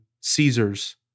Caesar's